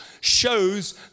shows